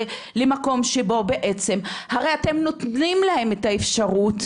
למקום שבו בעצם הרי אתם נותנים להם את האפשרות